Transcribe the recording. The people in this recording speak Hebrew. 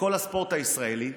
לכל הספורט הישראלי,